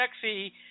sexy